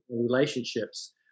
relationships